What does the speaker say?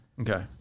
Okay